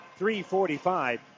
3.45